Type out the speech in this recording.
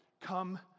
come